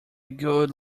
good